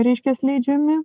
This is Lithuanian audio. reiškias leidžiami